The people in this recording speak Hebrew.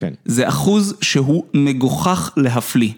זה אחוז שהוא מגוחך להפליא.